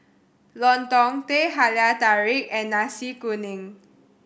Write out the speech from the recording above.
lontong Teh Halia Tarik and Nasi Kuning